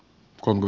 kun